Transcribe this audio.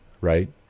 right